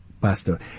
Pastor